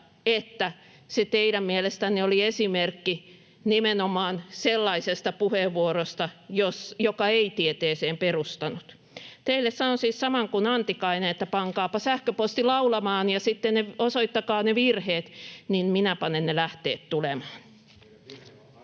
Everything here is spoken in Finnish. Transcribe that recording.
että se teidän mielestänne oli esimerkki nimenomaan sellaisesta puheenvuorosta, joka ei tieteeseen perustanut. Teille sanon siis saman kuin Antikaiselle: pankaapa sähköposti laulamaan ja osoittakaa ne virheet, niin minä panen ne lähteet tulemaan. [Markku